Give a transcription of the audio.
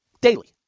Daily